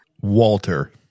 Walter